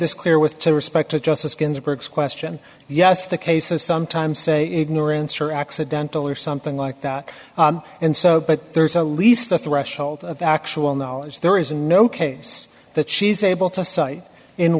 this clear with to respect to justice ginsburg's question yes the cases sometimes say ignorance or accidental or something like that and so but there's a least a threshold of actual knowledge there is no case that she's able to